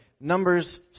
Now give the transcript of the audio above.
Numbers